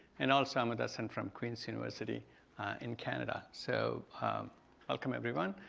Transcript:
and also ahmed hassan, from queens university in canada. so welcome everyone.